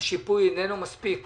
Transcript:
השיפוי איננו מספיק